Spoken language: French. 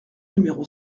numéro